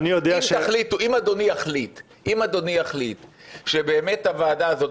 אם אדוני יחליט שבאמת הוועדה הזאת,